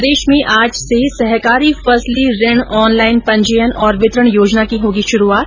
प्रदेश में आज से सहकारी फसली ऋण ऑनलाईन पंजीयन और वितरण योजना की होगी शुरूआत